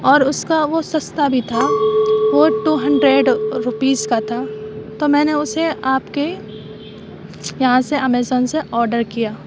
اور اس کا وہ سستا بھی تھا وہ ٹو ہنڈریڈ روپیز کا تھا تو میں نے اسے آپ کے یہاں سے امیزون سے آرڈر کیا